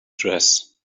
dress